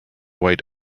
white